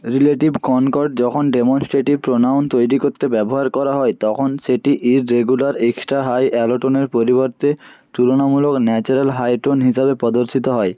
relative concord যখন demonstrative pronoun তৈরি করতে ব্যবহার করা হয় তখন সেটি ইররেগুলার এক্সটা হাই অ্যালোটোনের পরিবর্তে তুলনামূলক ন্যাচারাল হাই টোন হিসাবে প্রদর্শিত হয়